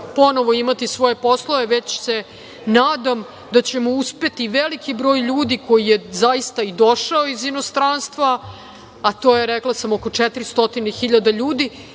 ponovo imati svoje poslove, već se nadam da će veliki broj ljudi, koji je zaista došao iz inostranstva, a to je oko 400.000 ljudi,